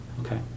Okay